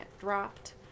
dropped